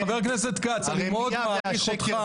חבר הכנסת כץ, אני מאוד מעריך אותך.